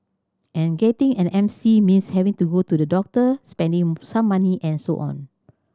and getting an M C means having to go to the doctor spending some money and so on